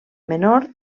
menor